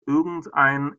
irgendeinen